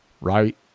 right